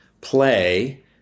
play